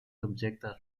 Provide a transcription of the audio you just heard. objectes